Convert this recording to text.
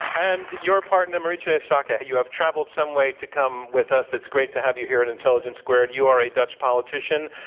and your partner, marietje schaake. ah you have traveled some way to come with us. it's great to have you here at intelligence squared. you are a dutch politician.